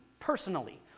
personally